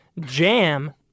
jam